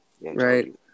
Right